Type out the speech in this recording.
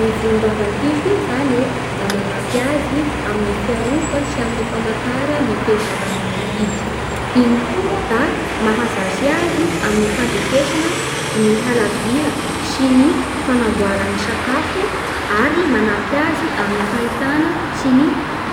I volombavan'ny piso igny zany e da manampy azy amin'ny fiarova sy amin'ny famantara ny toe-java manodidy. Igny koa da mahazatsy azy amin'ny fandrefesagna ny halavira sy ny fanamboarany sakafo ary manampy azy amin'ny fahitana sy ny